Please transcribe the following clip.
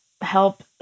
help